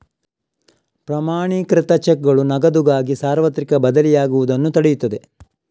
ಪ್ರಮಾಣೀಕೃತ ಚೆಕ್ಗಳು ನಗದುಗಾಗಿ ಸಾರ್ವತ್ರಿಕ ಬದಲಿಯಾಗುವುದನ್ನು ತಡೆಯುತ್ತದೆ